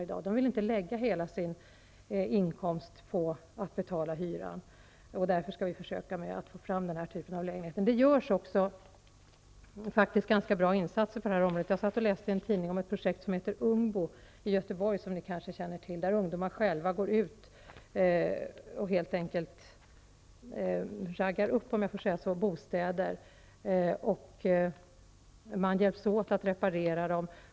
De vill inte lägga hela sin inkomst på att betala hyran. Därför skall vi försöka få fram denna typ av lägenheter. Det görs också bra insatser på detta område. Jag läste i tidningen om ett projekt som heter Ungbo i Göteborg, som ni kanske känner till. Ungdomar går själva ut och så att säga raggar upp bostäder. Man hjälps åt att reparera dem.